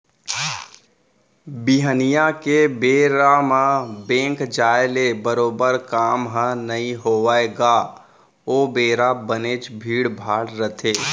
बिहनिया के बेरा म बेंक जाय ले बरोबर काम ह नइ होवय गा ओ बेरा बनेच भीड़ भाड़ रथे